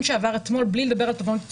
שעבר אתמול בלי לדבר על תובענות ייצוגיות.